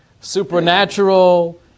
supernatural